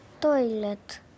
toilet